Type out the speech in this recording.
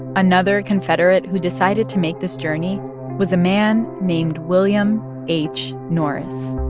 another confederate who decided to make this journey was a man named william h. norris